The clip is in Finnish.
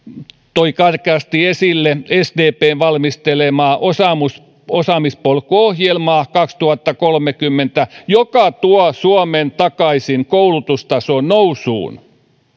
toi karkeasti esille sdpn valmistelemaa osaamispolku kaksituhattakolmekymmentä ohjelmaa joka tuo suomen takaisin koulutustason nousuun